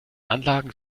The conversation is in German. anlagen